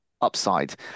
upside